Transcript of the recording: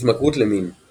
התמכרות למין –